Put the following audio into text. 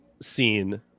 scene